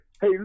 Hey